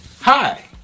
Hi